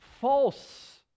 false